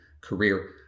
career